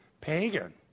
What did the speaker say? pagan